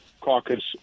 caucus